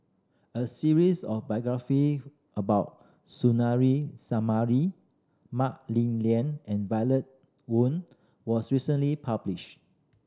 a series of biography about Suzairhe Sumari Mah Li Lian and Violet Oon was recently published